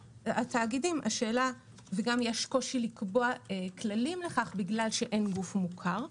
התאגידים וגם יש קושי לקבוע כללים לכך מכיוון שאין גוף מוכר.